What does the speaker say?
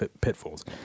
pitfalls